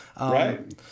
Right